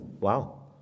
wow